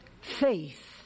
Faith